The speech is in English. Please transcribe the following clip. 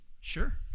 Sure